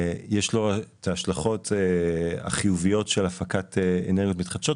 יש לו את ההשלכות החיוביות של הפקת אנרגיות מתחדשות,